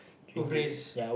risk